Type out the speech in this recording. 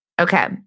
Okay